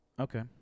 okay